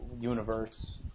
universe